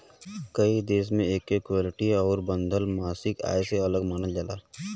कई देश मे एके इक्विटी आउर बंधल मासिक आय से अलग मानल जाला